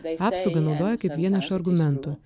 apsaugą naudoja kaip vieną iš argumentų